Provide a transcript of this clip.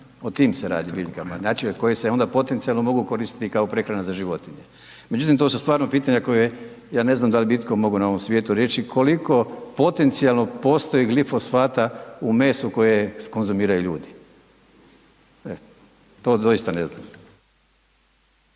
o tim se radi biljkama, znači od koje se onda potencijalno mogu koristiti kao prehrana za životinje. Međutim to su stvarno pitanja koje ja ne znam dal' bi itko mogao na ovom svijetu reći koliko potencijalno postoji glifosata u mesu koje konzumiraju ljudi, e, to doista ne znam.